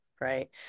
right